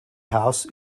house